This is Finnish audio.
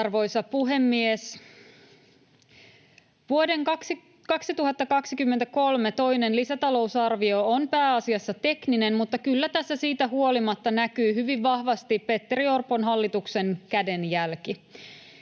Arvoisa puhemies! Vuoden 2023 toinen lisätalousarvio on pääasiassa tekninen, mutta kyllä tässä siitä huolimatta näkyy hyvin vahvasti Petteri Orpon hallituksen kädenjälki.